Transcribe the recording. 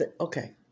okay